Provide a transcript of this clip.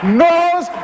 knows